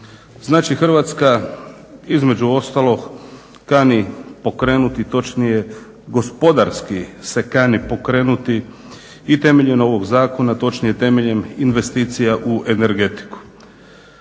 Znači Hrvatska između ostalog kani pokrenuti, točnije gospodarski se kani pokrenuti i temeljem ovog zakona, točnije temeljem investicija u energetiku.